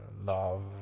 love